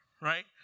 right